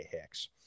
Hicks